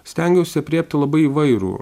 stengiausi aprėpti labai įvairų